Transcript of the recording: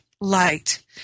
light